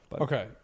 okay